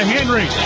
Henry